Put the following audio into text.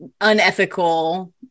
unethical